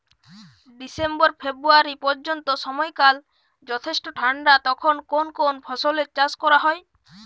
December ফেব্রুয়ারি পর্যন্ত সময়কাল যথেষ্ট ঠান্ডা তখন কোন কোন ফসলের চাষ করা হয়?